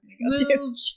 moved